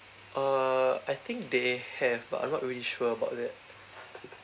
uh I think they have but I'm not really sure about that